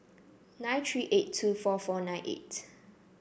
nine three eight two four four nine eight